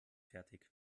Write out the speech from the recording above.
fertig